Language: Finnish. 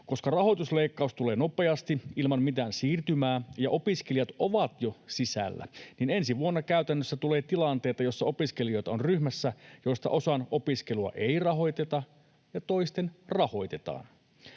Koska rahoitusleikkaus tulee nopeasti ilman mitään siirtymää ja opiskelijat ovat jo sisällä, niin ensi vuonna käytännössä tulee tilanteita, joissa opiskelijoita on ryhmässä, josta osan opiskelua ei rahoiteta ja toisten rahoitetaan.